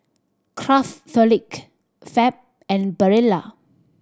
Craftholic Fab and Barilla